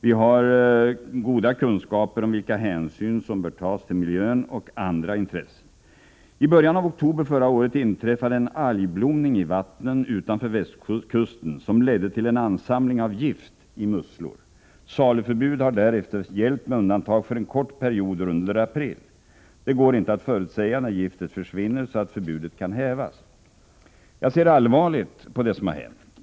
Vi har goda kunskaper om vilka hänsyn som bör tas till miljön och andra intressen. I början av oktober förra året inträffade en algblomning i vattnen utanför västkusten som ledde till en ansamling av gift i musslor. Saluförbud har därefter gällt med undantag för en kort period under april. Det går inte att förutsäga när giftet försvinner så att förbudet kan hävas. Jag ser allvarligt på det som hänt.